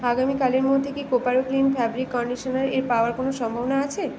আগামীকালের মধ্যে কি কোপারো ক্লিন ফ্যাব্রিক কন্ডিশনার এর পাওয়ার কোনও সম্ভাবনা আছে